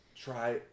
try